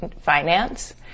finance